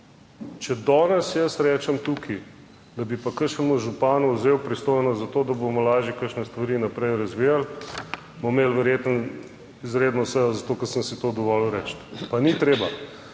Če danes jaz rečem tukaj, da bi pa kakšnemu županu vzel pristojnost za to, da bomo lažje kakšne stvari naprej razvijali, bomo imeli verjetno izredno sejo, zato ker sem si to dovolil reči, pa ni treba.